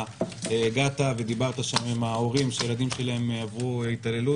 אתה הגעת ודיברת עם ההורים שם שהילדים שלהם עברו התעללות